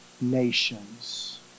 nations